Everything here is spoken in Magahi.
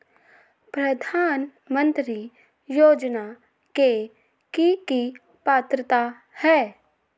प्रधानमंत्री योजना के की की पात्रता है?